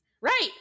Right